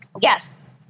Yes